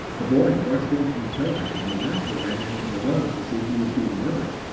the boys rushed in from the playground, and the master ran in from the road to see who was being murdered.